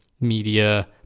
media